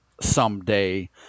someday